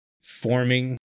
Forming